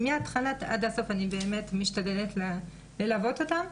מהתחלה ועד הסוף אני משתדלת ללוות אותם.